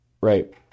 Right